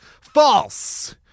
False